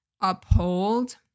uphold